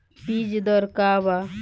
बीज दर का वा?